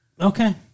Okay